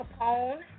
Capone